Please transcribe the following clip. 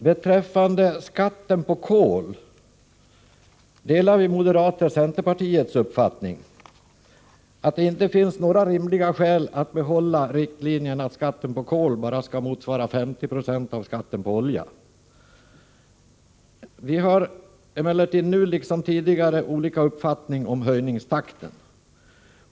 Beträffande skatten på kol delar vi moderater centerpartiets uppfattning att det inte finns några rimliga skäl för att behålla riktlinjen att skatten på kol skall motsvara bara 50 20 av skatten på olja. Vi har emellertid nu liksom tidigare olika uppfattningar om höjningstakten.